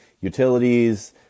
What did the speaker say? utilities